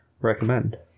recommend